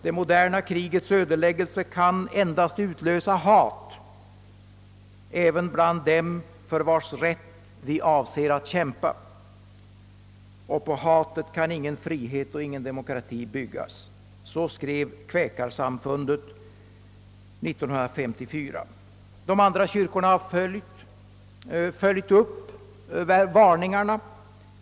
Det moderna krigets ödeläggelse kan endast utlösa hat, även bland dem för vars rätt vi avser att kämpa. På hatet kan ingen frihet och ingen demokrati byggas.» De andra kyrkorna har följt upp varningarna.